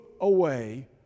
away